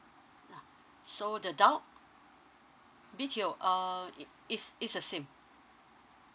ah so the down B_T_O uh i~ is is the same